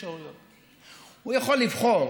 הוא יכול לבחור